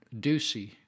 Ducey